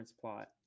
plot